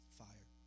fire